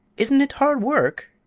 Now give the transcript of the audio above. isn't it hard work?